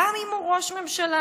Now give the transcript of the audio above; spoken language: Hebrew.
גם אם הוא ראש ממשלה.